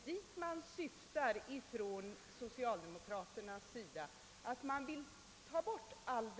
Vill socialdemokraterna ta bort all denna avdragsrätt?